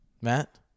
Matt